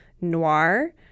noir